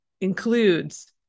includes